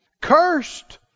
Cursed